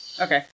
Okay